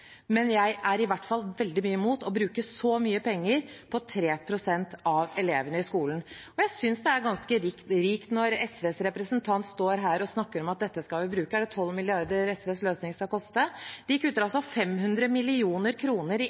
men jeg er i hvert fall veldig imot å bruke så mye penger på 3 pst. av elevene i skolen. Jeg synes det er ganske rikt når SVs representant står her og snakker om at dette skal de bruke så mye penger på – jeg tror SVs løsning skal koste 12 mrd. kr. De kutter 500 mill. kr i